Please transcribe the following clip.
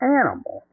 animal